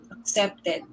accepted